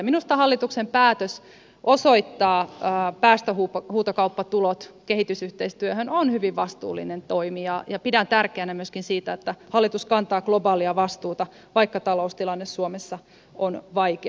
minusta hallituksen päätös osoittaa päästöhuutokauppatulot kehitysyhteistyöhön on hyvin vastuullinen toimi ja pidän tärkeänä myöskin sitä että hallitus kantaa globaalia vastuuta vaikka taloustilanne suomessa on vaikea